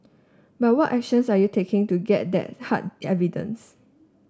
but what actions are you taking to get that hard evidence